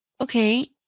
okay